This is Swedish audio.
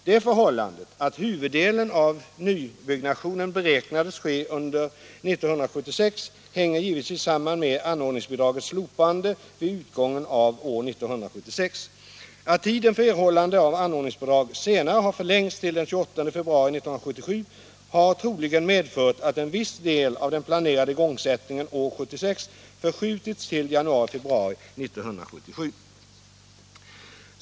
Det förhållandet att huvuddelen av nybyggnationen beräknades ske under 1976 hänger givetvis samman med anordningsbidragets slopande vid utgången av år 1976. Att tiden för erhållande av anordningsbidrag senare har förlängts till den 28 februari 1977 har troligen medfört att en viss del av den planerade igångsättningen år 1976 förskjutits till januari-februari 1977.